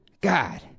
God